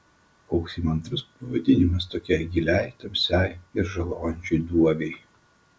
koks įmantrus pavadinimas tokiai giliai tamsiai ir žalojančiai duobei